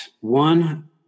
one